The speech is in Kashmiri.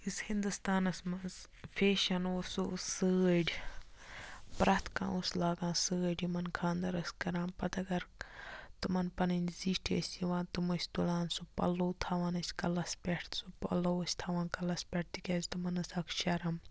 یُس ہِنٛدُستانَس منٛز فیشَن اوس سُہ اوس سٲڑۍ پرٛٮ۪تھ کانٛہہ اوس لاگان سٲڑۍ یِمَن خاندَر ٲسۍ کَران پَتہٕ اگر تِمَن پَنٕنۍ زِٹھۍ ٲسۍ یِوان تٕم ٲسۍ تُلان سُہ پَلو تھاوان ٲسۍ کَلَس پٮ۪ٹھ سُہ پَلو ٲسۍ تھاوان کَلَس پٮ۪ٹھ تِکیٛازِ تِمَن ٲس اَکھ شرم